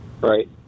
Right